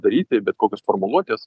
daryti bet kokios formuluotės